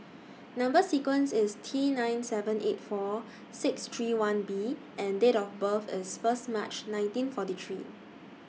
Number sequence IS T nine seven eight four six three one B and Date of birth IS First March nineteen forty three